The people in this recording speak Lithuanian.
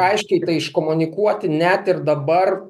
aiškiai tai iškomunikuoti net ir dabar